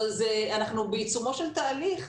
אנחנו בעיצומו של תהליך.